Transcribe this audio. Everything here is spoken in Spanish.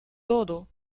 todo